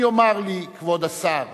אם יאמר לי כבוד השר,